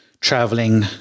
traveling